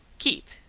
keep,